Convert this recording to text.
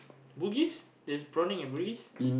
Bugis there's prawning at Bugis